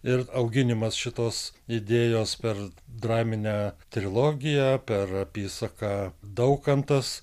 ir auginimas šitos idėjos per draminę trilogiją per apysaką daukantas